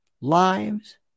lives